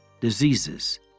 diseases